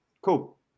Cool